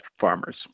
farmers